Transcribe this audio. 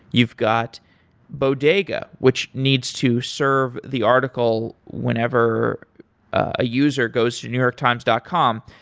you've got bodega, which needs to serve the article whenever a user goes to newyorktimes dot com.